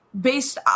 based